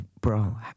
bro